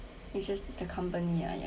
it's just the company uh ya